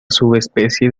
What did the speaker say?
subespecie